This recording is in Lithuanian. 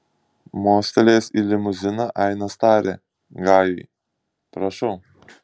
mostelėjęs į limuziną ainas tarė gajui prašau